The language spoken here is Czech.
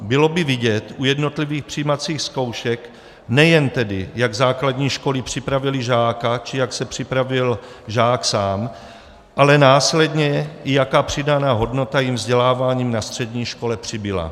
Bylo by vidět u jednotlivých přijímacích zkoušek nejen tedy, jak základní školy připravily žáka či jak se připravil žák sám, ale následně i jaká přidaná hodnota jim vzděláváním na střední škole přibyla.